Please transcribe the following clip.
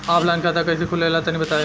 Offline खाता कइसे खुले ला तनि बताई?